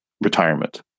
retirement